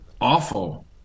awful